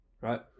right